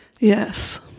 Yes